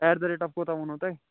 eight the rate of کوٗتاہ ونو تۄہہِ